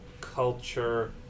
culture